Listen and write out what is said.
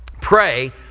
pray